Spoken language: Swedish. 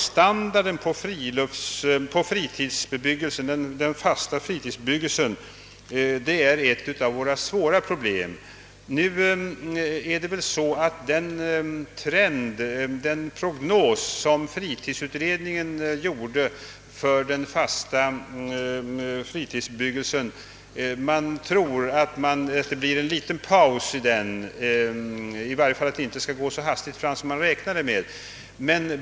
Standarden på den fasta fritidsbebyggelsen är ett av våra svåra problem. Man tror att det skall bli en liten paus eller att det i varje fall inte skall gå så hastigt som man räknat med i den prognos som fritidsutredningen gjorde för den fasta fritidsbebyggelsen.